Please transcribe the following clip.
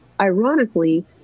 ironically